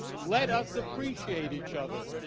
let us appreciate each other.